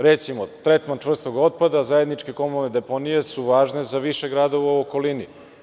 Recimo, tretman čvrstog otpada, zajedničke komunalne deponije su važne za više gradova u okolini.